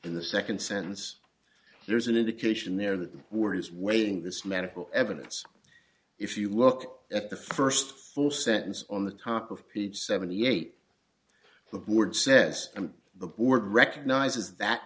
in the second sentence there's an indication there that the word is waiting this medical evidence if you look at the first full sentence on the top of page seventy eight the board says the board recognizes that